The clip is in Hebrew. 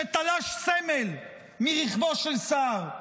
שתלש סמל מרכבו של שר?